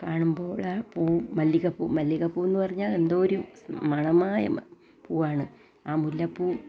കാണുമ്പോൾ മല്ലികപ്പൂ മല്ലികപ്പൂന്ന് പറഞ്ഞാൽ എന്തൊരു മണമായ പൂവാണ് ആ മുല്ലപ്പൂം